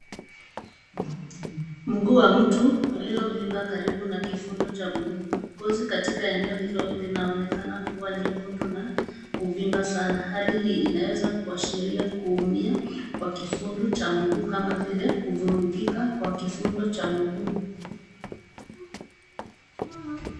Mguu wa mtu uliovimba karibu na kivundo cha mguu. Ngozi katika eneo hiyo inaonekana kuwa nyekundu na kuvimba sana. Hali hii inaweza kuashiria kuumia kwa kivundo cha mguu kama vile kuvurugika kwa kivundo cha mguu.